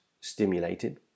stimulated